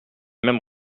mêmes